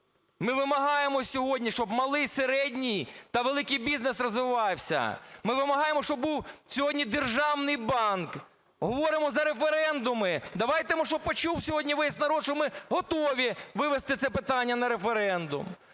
Ми вимагаємо сьогодні, щоб малий, середній та великий бізнес розвивався. Ми вимагаємо, щоб був сьогодні державний банк. Говоримо за референдуми - давайте, щоб почув сьогодні весь народ, що ми готові вивести це питання на референдум.